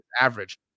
average